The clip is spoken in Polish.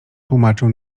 tłumaczył